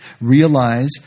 realize